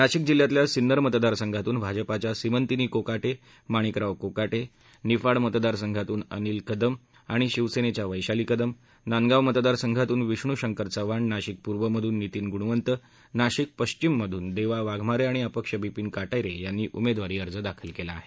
नाशिक जिल्ह्यातल्या सिन्नर मतदारसंघातून भाजपाच्या सीमंतिनी कोकोटे माणिकराव कोकाटे निफाड मतदारसंघातून अनिल कदम आणि शिवसेनेच्या वैशाली कदम नांदगांव मतदारसंघातून विष्णू शंकर चव्हाण नाशिक पूर्व मधून नितीन गुणवंत नाशिक पश्चिम मधून देवा वाघमारे आणि अपक्ष बिपिन कटारे यांनी उमेदवारी अर्ज दाखल केला आहे